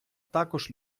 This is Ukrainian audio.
також